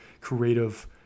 creative